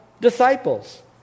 disciples